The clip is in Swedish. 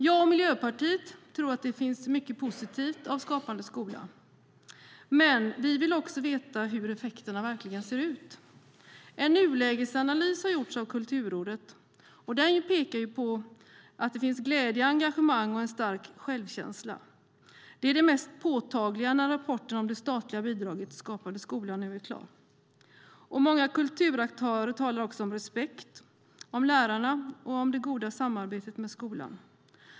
Jag och Miljöpartiet tror att det finns mycket positivt i Skapande skola, men vi vill också veta hur effekterna verkligen ser ut. En nulägesanalys har gjorts av Kulturrådet, och den pekar på att det finns glädje, engagemang och en stark självkänsla. Det är det mest påtagliga när rapporten om det statliga bidraget till Skapande skola nu är klar. Många kulturaktörer talar också om respekt, om lärarna och om det goda samarbetet med skolan.